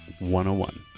101